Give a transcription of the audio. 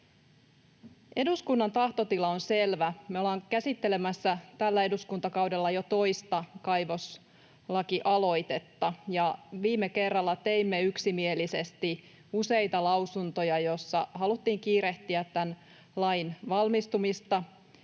Eduskunnan tahtotila on selvä. Me ollaan käsittelemässä tällä eduskuntakaudella jo toista kaivoslakialoitetta ja viime kerralla teimme yksimielisesti useita lausuntoja, joissa haluttiin kiirehtiä tämän lain valmistumista